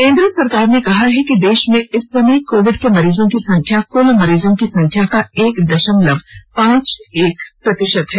केंद्र सरकार ने कहा कि देश में इस समय कोविड के मरीजों की संख्या कृल मरीजों की संख्या का एक दशमलव पांच एक प्रतिशत है